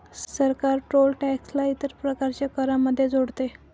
सरकार toll tax ला इतर प्रकारच्या करांमध्ये जोडते